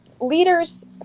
leaders